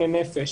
לנפש בעולם.